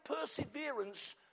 perseverance